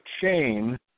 chain